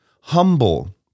humble